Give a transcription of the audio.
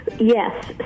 Yes